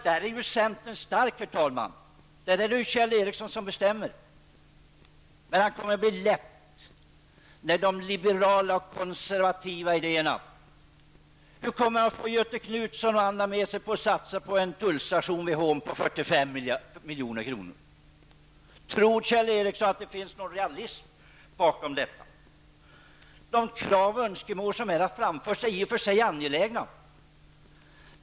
Där är centern stark, herr talman. Där bestämmer Kjell Ericsson. Men han kommer att väga lätt när det gäller de liberala och konservativa idéerna. Hur skall han få Göthe Knutson m.fl. med sig för att satsa på en tullstation vid Hån för 45 milj.kr.? Tror Kjell Ericsson att det finns någon realims bakom detta? De krav och önskemål som här har framförts är i och för sig angelägna.